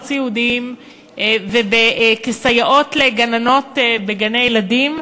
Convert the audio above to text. סיעודיים וכסייעות לגננות בגני-ילדים,